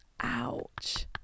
ouch